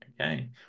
Okay